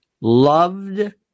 loved